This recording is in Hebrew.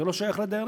זה לא שייך לדיירים.